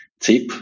tip